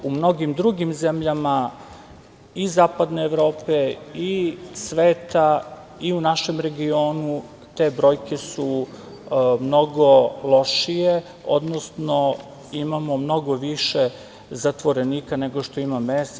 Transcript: U mnogim drugim zemljama i zapadne Evrope i sveta i u našem regionu te brojke su mnogo lošije, odnosno imamo mnogo više zatvorenika nego što ima mesta.